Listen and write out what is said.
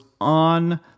on